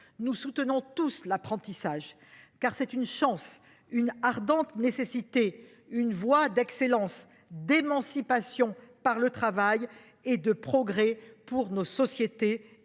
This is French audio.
nous soutenons tous l’apprentissage, qui est une chance, une ardente nécessité, une voie d’excellence, d’émancipation par le travail et de progrès pour nos sociétés et